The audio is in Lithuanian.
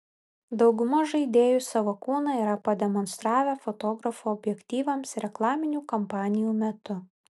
dauguma žaidėjų savo kūną yra pademonstravę fotografų objektyvams reklaminių kampanijų metu